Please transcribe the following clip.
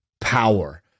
power